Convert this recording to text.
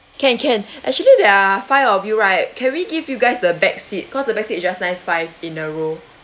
can can actually there're five of you right can we give you guys the back seat cause the back seat is just nice five in a row